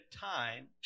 time